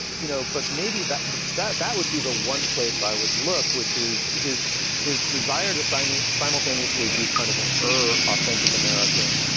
you know, but maybe that and but that that would be the one place i would look, which is his his desire to sign may simultaneously be kind of an authentic american,